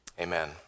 Amen